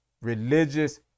religious